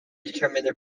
determine